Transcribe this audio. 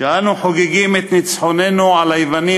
כשאנו חוגגים את ניצחוננו על היוונים